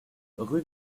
rue